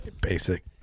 Basic